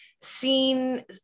seen